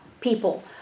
people